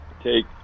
take